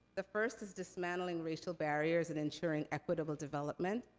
the first is dismantling racial barriers and ensuring equitable development.